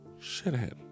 shithead